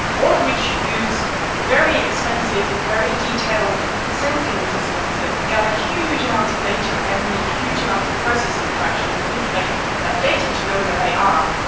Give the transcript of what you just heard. all of which use very expensive, very detailed sensing systems that gather huge amounts of data and then need huge amounts of processing to actually manipulate that data to know where they are.